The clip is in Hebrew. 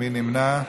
מי נמנע?